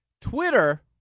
Twitter